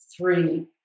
three